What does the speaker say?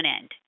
end